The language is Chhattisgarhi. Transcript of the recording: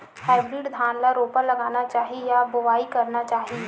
हाइब्रिड धान ल रोपा लगाना चाही या बोआई करना चाही?